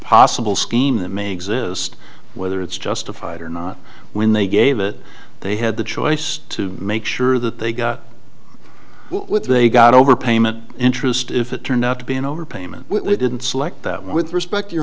possible scheme that may exist whether it's justified or not when they gave it they had the choice to make sure that they got what they got over payment interest if it turned out to be an overpayment they didn't select that with respect your